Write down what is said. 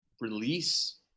release